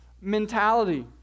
mentality